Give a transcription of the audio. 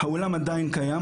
האולם עדיין קיים,